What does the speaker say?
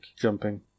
jumping